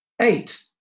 eight